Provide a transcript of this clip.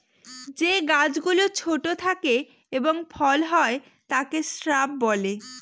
যে গাছ গুলো ছোট থাকে এবং ফল হয় তাকে শ্রাব বলে